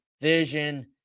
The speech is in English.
vision